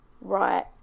right